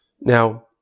Now